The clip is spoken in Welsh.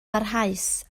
barhaus